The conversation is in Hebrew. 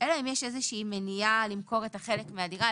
בדירה או בחלק מדירה,